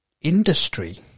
industry